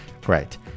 Great